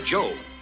Joe